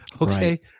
Okay